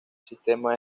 sistema